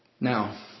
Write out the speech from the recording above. Now